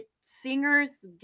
singers